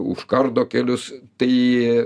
užkardo kelius tai